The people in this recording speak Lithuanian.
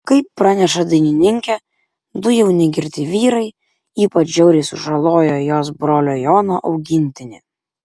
kaip praneša dainininkė du jauni girti vyrai ypač žiauriai sužalojo jos brolio jono augintinį